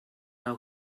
our